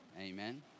Amen